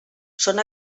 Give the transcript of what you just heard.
són